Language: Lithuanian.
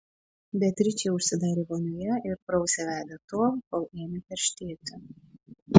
beatričė užsidarė vonioje ir prausė veidą tol kol ėmė peršėti